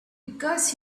because